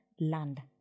land